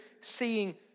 seeing